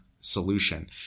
solution